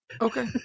Okay